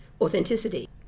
authenticity